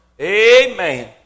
Amen